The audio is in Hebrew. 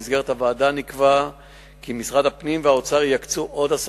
במסגרת הוועדה נקבע כי משרד הפנים והאוצר יקצו עוד 10